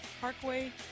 Parkway